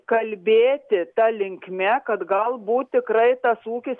kalbėti ta linkme kad galbūt tikrai tas ūkis